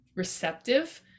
receptive